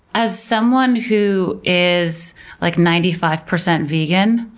as someone who is like ninety five percent vegan